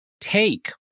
take